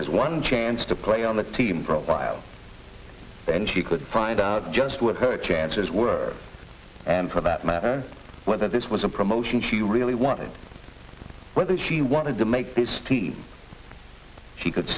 as one chance to play on the team profile then she could find out just what her chances were and for that matter whether this was a promotion she really wanted whether she wanted to make this team she could